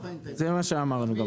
זה מה שאמרנו מהתחלה.